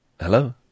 Hello